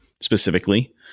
specifically